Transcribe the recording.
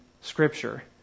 scripture